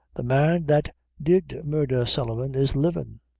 the man that did murdher sullivan is livin',